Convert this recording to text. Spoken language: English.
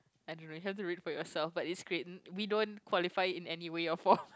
I don't know you have to read for yourself but it's great we don't qualify in anyway or